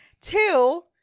two